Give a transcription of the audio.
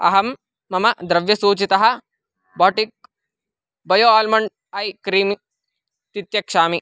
अहं मम द्रव्यसूचितः Biotique bio almond eye cream तित्यक्षामि